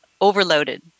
overloaded